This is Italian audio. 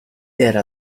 era